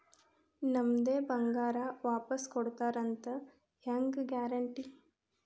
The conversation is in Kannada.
ನಮ್ಮದೇ ಬಂಗಾರ ವಾಪಸ್ ಕೊಡ್ತಾರಂತ ಹೆಂಗ್ ಗ್ಯಾರಂಟಿ?